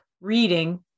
reading